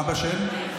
אבא של מי?